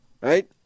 right